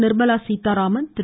Nirmala Sitharaman Thiru